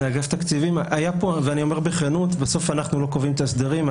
אני אומר בכנות, בסוף אנחנו לא קובעים את ההסדרים.